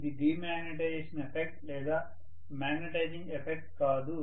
ఇది demagnetising effect లేదా magnetising effect కాదు